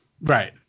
Right